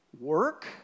work